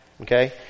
Okay